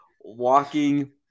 walking